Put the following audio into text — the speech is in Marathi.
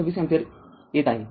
२६ अँपिअर येत आहे